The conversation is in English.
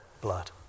blood